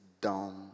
Down